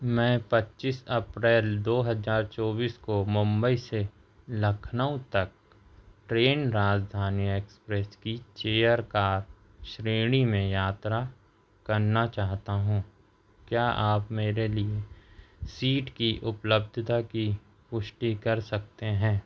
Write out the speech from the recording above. मैं पच्चीस अप्रैल दो हज़ार चौबीस को मुंबई से लखनऊ तक ट्रैन राजधानी एक्सप्रेस की चेयर कार श्रेणी में यात्रा करना चाहता हूँ क्या आप मेरे लिए सीट की उपलब्धता की पुष्टि कर सकते हैं